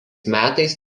metais